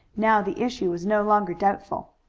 now the issue was no longer doubtful.